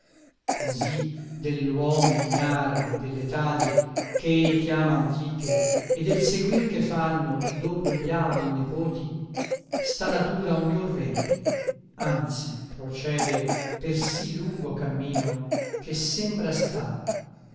così dell'uomo ignara e dell'etadi ch'ei chiama antiche e del seguir che fanno dopo gli avi i nepoti sta natura ognor verde anzi procede per sì lungo cammino che sembra star